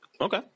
Okay